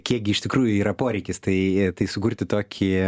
kiek gi iš tikrųjų yra poreikis tai tai sukurti tokį